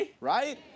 right